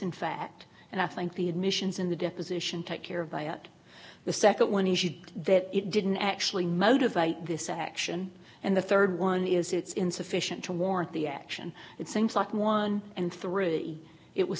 in fact and i think the admissions in the deposition take care of by and the second one is you that it didn't actually motivate this action and the third one is it's insufficient to warrant the action it seems like one and three it was